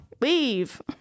Leave